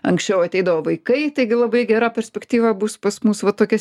anksčiau ateidavo vaikai taigi labai gera perspektyva bus pas mus va tokia